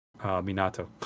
Minato